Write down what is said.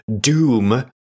doom